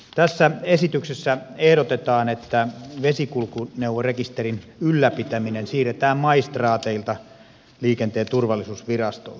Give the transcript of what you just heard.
tässä esityksessä ehdotetaan että vesikulkuneuvorekisterin ylläpitäminen siirretään maistraateilta liikenteen turvallisuusvirastolle